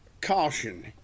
Caution